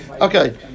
Okay